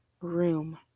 room